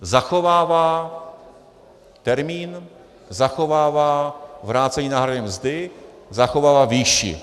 Zachovává termín, zachovává vrácení náhrady mzdy, zachovává výši.